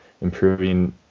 improving